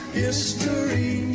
history